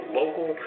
local